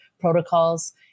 protocols